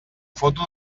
foto